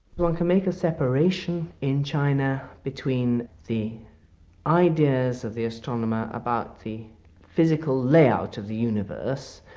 one can make a separation in china between the ideas of the astronomer about the physical layout of the universe,